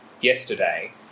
yesterday